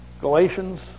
Galatians